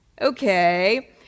Okay